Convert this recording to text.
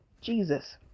Jesus